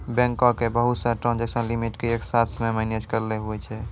बैंको के बहुत से ट्रांजेक्सन लिमिट के एक साथ मे मैनेज करैलै हुवै छै